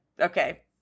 Okay